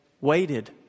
waited